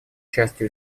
частью